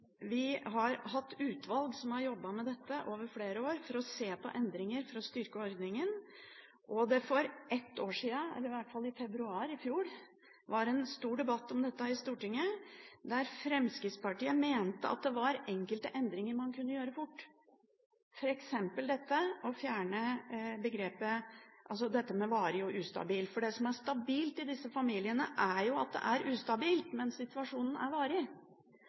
for litt over ett år siden, i februar i fjor, var det en stor debatt om dette i Stortinget, der Fremskrittspartiet mente at det var enkelte endringer man kunne gjøre fort, f.eks. dette å fjerne begrepet «varig ustabil». Det som er stabilt i disse familiene, er jo at det er ustabilt, mens situasjonen er varig.